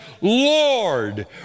Lord